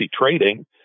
trading